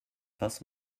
das